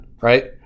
right